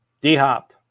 D-hop